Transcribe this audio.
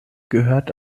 gehört